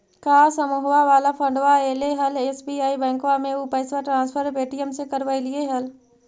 का समुहवा वाला फंडवा ऐले हल एस.बी.आई बैंकवा मे ऊ पैसवा ट्रांसफर पे.टी.एम से करवैलीऐ हल?